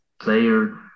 player